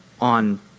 on